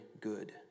good